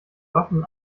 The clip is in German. waffen